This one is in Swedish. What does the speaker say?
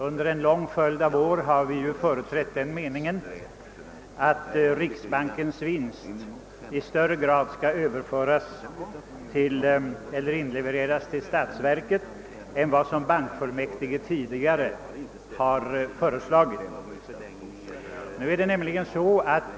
Under en lång följd av år har vi företrätt den meningen, att riksbankens vinst i större utsträckning än vad bankofullmäktige tidigare har föreslagit skall inlevereras till statsverket.